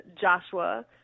joshua